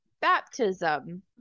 baptism